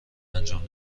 انجام